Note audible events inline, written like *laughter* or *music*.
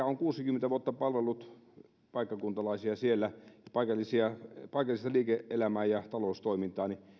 *unintelligible* on kuusikymmentä vuotta palvellut paikkakuntalaisia siellä ja paikallista liike elämää ja taloustoimintaa